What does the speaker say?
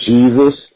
Jesus